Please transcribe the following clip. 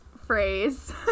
phrase